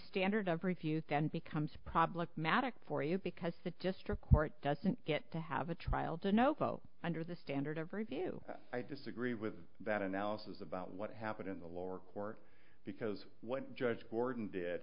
standard of review than becomes problematic for you because the district court doesn't get to have a trial don't know vote under the standard of review i disagree with that analysis about what happened in the lower court because what judge gordon did